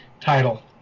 title